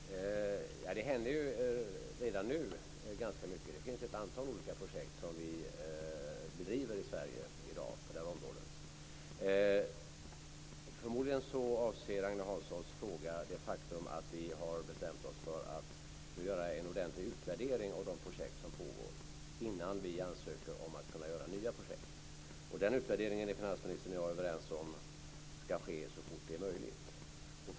Fru talman! Det händer ju redan nu ganska mycket. Det finns ett antal olika projekt som vi bedriver i Sverige i dag på det här området. Förmodligen avser Agne Hanssons fråga det faktum att vi har bestämt oss för att nu göra en ordentlig utvärdering av de projekt som pågår innan vi ansöker om att kunna göra nya projekt. Och den utvärderingen är finansministern och jag överens om ska ske så fort det är möjligt.